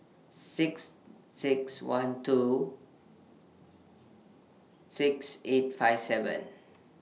six six one two six eight five seven